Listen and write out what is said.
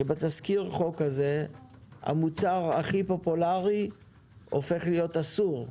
שבתזכיר חוק הזה המוצר הכי פופולארי הופך להיות אסור.